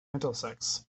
middlesex